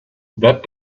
that